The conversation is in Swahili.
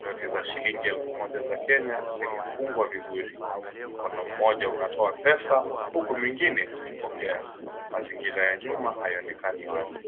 Noti za shilingi elfu moja za Kenya zimefungwa vizuri. Mkono mmoja unatoa pesa huku mwingine ukipokea. Mazingira ya nyuma hayaonekani wazi.